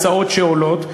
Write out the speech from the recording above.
להצעות שעולות.